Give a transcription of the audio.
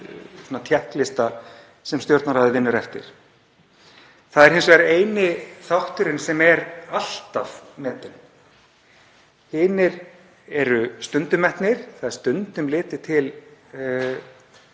samkvæmt tékklista sem Stjórnarráðið vinnur eftir. Það er hins vegar eini þátturinn sem er alltaf metinn, hinir eru stundum metnir. Það er stundum litið til